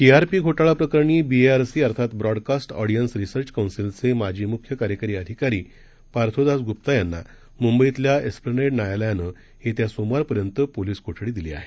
TRP घोटाळा प्रकरणी BARC अर्थात ब्रॉडकास्ट ऑडीयन्स रिसर्च कौन्सिलचे माजी म्ख्य कार्यकारी अधिकारी पार्थोदास गुप्ता यांना मुंबईतल्या एस्प्लनेड न्यायालयानं येत्या सोमवारपर्यंत पोलिस कोठडी दिली आहे